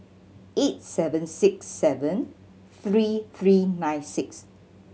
eight seven six seven three three nine six